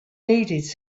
needed